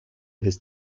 his